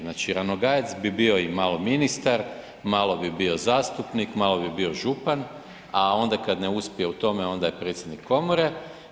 Znači Ranogajec bi bio i malo ministar, malo bi bio zastupnik, malo bi bio župan, a onda kad ne uspije u tome onda je predsjednik komore.